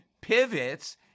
pivots